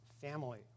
family